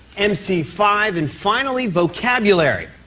m c five and finally vocabulary.